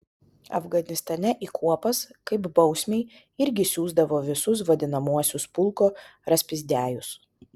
afganistane į kuopas kaip bausmei irgi siųsdavo visus vadinamuosius pulko raspizdiajus